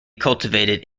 cultivated